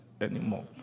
anymore